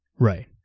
right